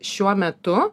šiuo metu